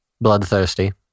Bloodthirsty